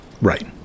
Right